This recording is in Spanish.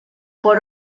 por